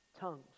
Tongues